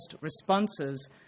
responses